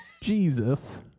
Jesus